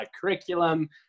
curriculum